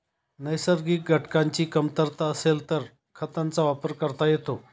नैसर्गिक घटकांची कमतरता असेल तर खतांचा वापर करता येतो